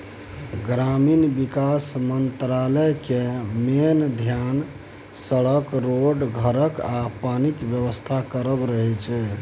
ग्रामीण बिकास मंत्रालय केर मेन धेआन सड़क, रोड, घरक आ पानिक बेबस्था करब रहय छै